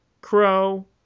crow